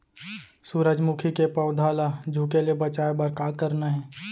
सूरजमुखी के पौधा ला झुके ले बचाए बर का करना हे?